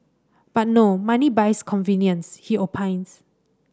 but no money buys convenience he opines